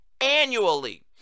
annually